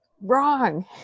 Wrong